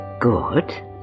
Good